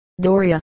Doria